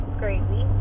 crazy